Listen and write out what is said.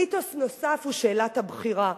מיתוס נוסף הוא שאלת הבחירה.